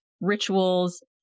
rituals